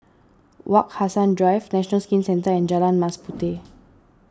Wak Hassan Drive National Skin Centre Jalan Mas Puteh